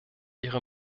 ihre